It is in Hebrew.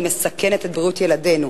היא מסכנת את בריאות ילדינו.